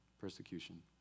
persecution